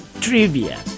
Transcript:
Trivia